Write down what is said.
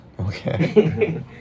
Okay